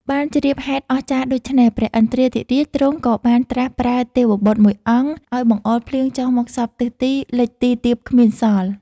បានជ្រាបហេតុអស្ចារ្យដូច្នេះ ព្រះឥន្ទ្រាធិរាជទ្រង់ក៏បានត្រាស់ប្រើទេវបុត្រមួយអង្គ ឲ្យបង្អុរភ្លៀងចុះមកសព្វទិសទី លិចទីទាបគ្មានសល់។